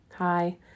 Hi